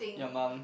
your mum